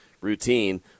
routine